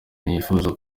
ntiyifuza